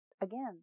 Again